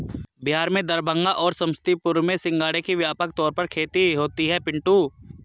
बिहार में दरभंगा और समस्तीपुर में सिंघाड़े की व्यापक तौर पर खेती होती है पिंटू